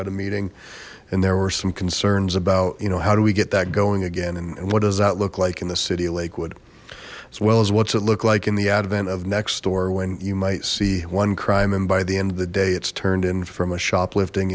a meeting and there were some concerns about you know how do we get that going again and what does that look like in the city of lakewood as well as what's it look like in the advent of next door when you might see one crime and by the end of the day it's turned in from a shoplifting